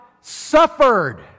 suffered